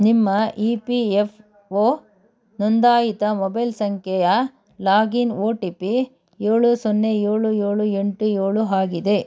ನಿಮ್ಮ E P F O ನೋಂದಾಯಿತ mobile ಸಂಖ್ಯೆಯ ಲಾಗಿನ್ ಒ ಟಿ ಪಿ ಏಳು ಸೊನ್ನೆ ಏಳು ಏಳು ಎಂಟು ಏಳು ಆಗಿದೆ